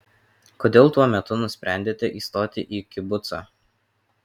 kodėl tuo metu nusprendėte įstoti į kibucą